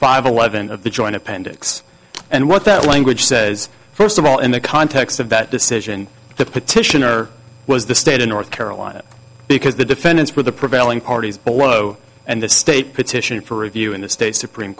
five eleven of the joint appendix and what that language says first of all in the context of that decision the petitioner was the state of north carolina because the defendants were the prevailing parties below and the state petition for review in the state supreme